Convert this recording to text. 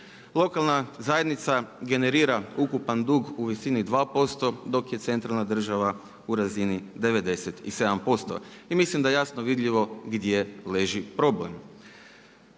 Lokalna zajednica generira ukupan dug u visini 2% dok je centralna država u razini 97%. I mislim da je jasno vidljivo gdje leži problem.